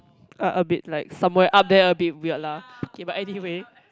a a bit like somewhere up there a bit weird lah K but anyway